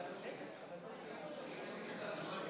אני מבקש למסור